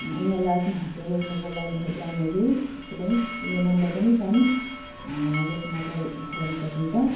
उनीहरूलाई आत्महत्या रोक्नुको लागि हेल्पलाइनहरू यस्तो पनि यो नम्बर पनि छन् जसमा कल गर्नु सकिन्छ